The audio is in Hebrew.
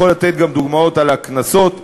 אני גם יכול לתת דוגמאות של קנסות ב-2015,